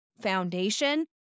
foundation